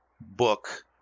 book